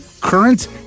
current